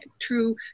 true